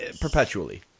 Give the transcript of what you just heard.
perpetually